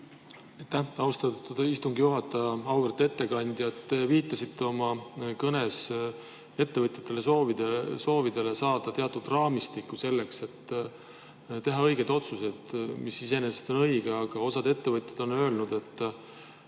austatud istungi juhataja! Auväärt ettekandja! Te viitasite oma kõnes ettevõtjate soovidele saada teatud raamistik selleks, et teha õigeid otsuseid. See on iseenesest õige. Aga osa ettevõtjaid on öelnud, et